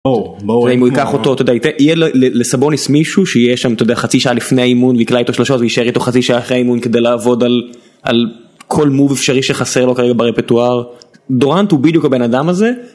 אם הוא ייקח אותו תודה יהיה לו לסבוניס מישהו שיש שם תודה חצי שעה לפני האימון ויקרה איתו שלושה וישאר איתו חצי שעה אחרי האימון כדי לעבוד על כל מוב אפשרי שחסר לו כרגע ברפטואר דורנט הוא בדיוק הבן אדם הזה.